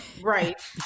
Right